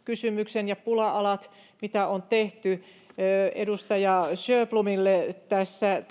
kohtaantokysymyksen ja pula-alat, sen, mitä on tehty. Edustaja Sjöblomille tästä